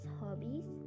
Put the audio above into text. hobbies